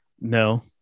no